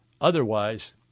Otherwise